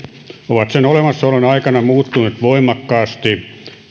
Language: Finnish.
ovat sen olemassaolon aikana muuttuneet voimakkaasti